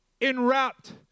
enwrapped